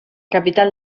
capital